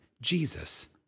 Jesus